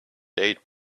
date